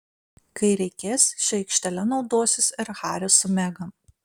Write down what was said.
kai reikės šia aikštele naudosis ir haris su megan